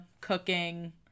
cooking